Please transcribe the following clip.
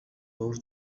өөр